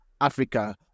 Africa